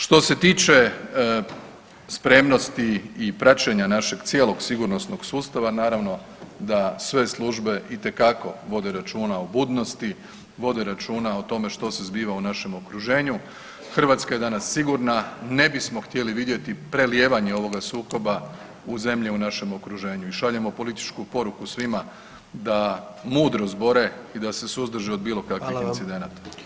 Što se tiče spremnosti i praćenja našeg cijelog sigurnosnog sustava, naravno da sve službe itekako vode računa o budnosti, vode računa o tome što se zbiva u našem okruženju, Hrvatska je danas sigurna, ne bismo htjeli vidjeti prelijevanje ovoga sukoba u zemlje u našemu okruženju i šaljemo političku poruku svima da mudro zbore i da se suzdrže od bilo kakvih incidenata.